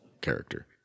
character